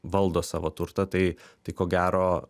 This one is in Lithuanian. valdo savo turtą tai tai ko gero